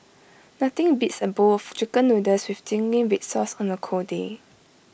nothing beats A bowl of Chicken Noodles with Zingy Red Sauce on A cold day